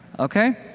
okay?